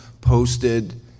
posted